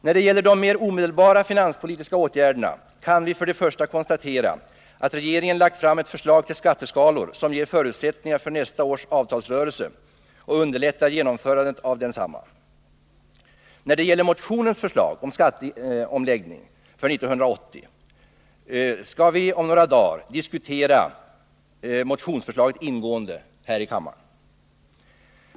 När det gäller de mera omedelbara finanspolitiska åtgärderna kan vi först och främst konstatera att regeringen lagt fram ett förslag till skatteskalor som ger förutsättningar för nästa års avtalsrörelse och underlättar genomförandet av densamma. När det gäller motionens förslag till skatteomläggning för 1980 skall vi om några dagar diskutera detta motionsförslag ingående här i kammaren.